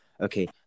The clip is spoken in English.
okay